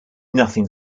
nothing